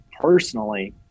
personally